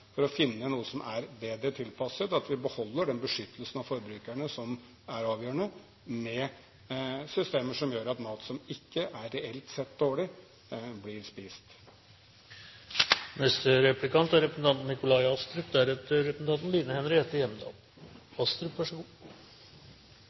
for å finne noe som er bedre tilpasset – at vi beholder den beskyttelsen av forbrukerne som er avgjørende, men har systemer som gjør at mat som reelt sett ikke er dårlig, blir spist. Statsråden har vært veldig positiv til representantforslaget, det er